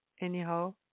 anyhow